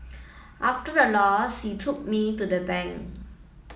after the loss he took me to the bank